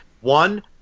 one